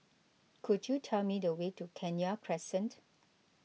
could you tell me the way to Kenya Crescent